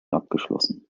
abgeschlossen